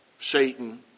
Satan